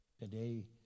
Today